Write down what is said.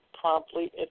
promptly